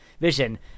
vision